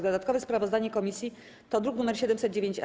Dodatkowe sprawozdanie komisji to druk nr 709-A.